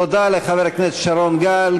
תודה לחבר הכנסת שרון גל.